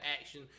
action